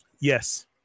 yes